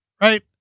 right